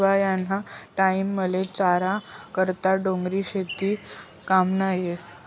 हिवायाना टाईमले चारा करता डोंगरी शेती काममा येस